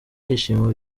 byishimo